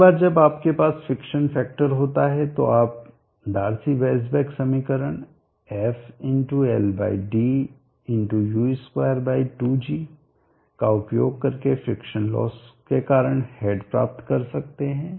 एक बार जब आपके पास फिक्शन फैक्टर होता है तो आप डार्सी व़ेईसबाक समीकरण f ldu22g का उपयोग करके फिक्शन लॉस के कारण हेड प्राप्त कर सकते हैं